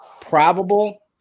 probable